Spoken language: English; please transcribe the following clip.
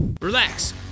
Relax